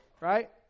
right